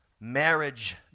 marriage